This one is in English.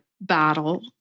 battle